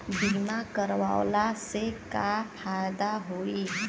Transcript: बीमा करवला से का फायदा होयी?